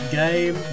game